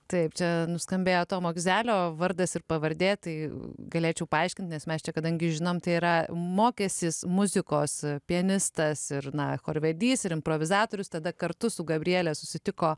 taip čia nuskambėjo tomo vizelio vardas ir pavardė tai galėčiau paaiškinti nes mes čia kadangi žinome tai yra mokęsis muzikos pianistas ir na chorvedys ir improvizatorius tada kartu su gabriele susitiko